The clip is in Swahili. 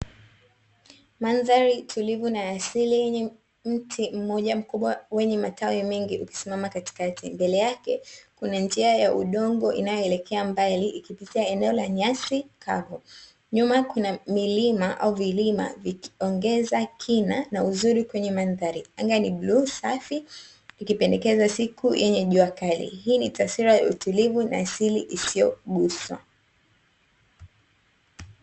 Mandhari tulivu na ya asili yenye mti mmoja mkubwa wenye matawi mengi ukisimama katikati, mbele yake kuna njia ya udongo inayoelekea mbali ikipitia eneo la nyasi kavu, nyuma kuna milima au vilima vikiongeza kina na uzuri kwenye mandhari, anga ni bluu safi ikipendekeza siku yenye jua kali, hii ni taswira ya utulivu na asili isiyoguswa.